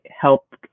help